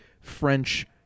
French